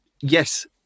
yes